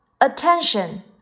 attention